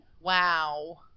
wow